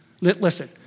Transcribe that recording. listen